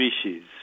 species